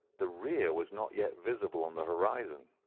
the rear was not yet visible on the horizon.